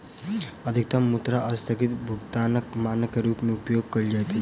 अधिकतम मुद्रा अस्थगित भुगतानक मानक के रूप में उपयोग कयल जाइत अछि